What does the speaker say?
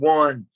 one